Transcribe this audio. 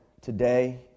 today